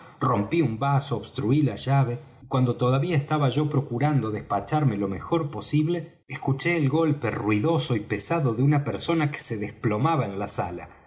rompí un vaso obstruí la llave y cuando todavía estaba yo procurando despacharme lo mejor posible escuché el golpe ruidoso y pesado de una persona que se desplomaba en la sala